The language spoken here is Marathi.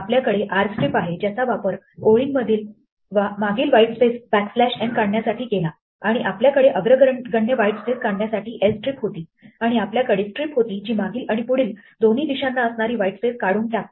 आपल्याकडे rstrip आहे ज्याचा वापर ओळींमधील मागील व्हाईटस्पेस बॅकस्लॅश n काढण्यासाठी केला आणि आपल्याकडे अग्रगण्य व्हाईटस्पेस काढण्यासाठी lstrip होती आणि आपल्याकडे strip होती जी मागील आणि पुढील दोन्ही दिशांना असणारी व्हाइट्सपेस काढून टाकते